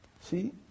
See